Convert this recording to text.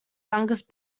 youngest